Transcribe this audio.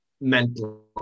mental